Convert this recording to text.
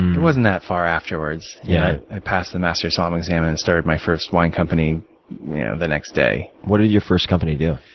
it wasn't that far afterwards yeah i passed the master som exam, and i started my first wine company the next day. what did your first company do?